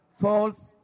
false